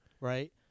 Right